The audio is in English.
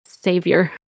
savior